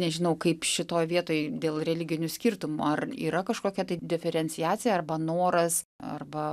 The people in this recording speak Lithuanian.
nežinau kaip šitoj vietoj dėl religinių skirtumų ar yra kažkokia diferenciacija arba noras arba